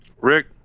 Rick